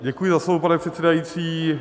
Děkuji za slovo, pane předsedající.